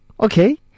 Okay